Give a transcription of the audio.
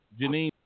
Janine